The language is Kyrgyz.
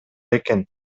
экен